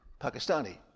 Pakistani